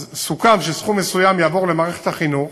סוכם שסכום מסוים יעבור למערכת החינוך